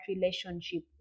relationship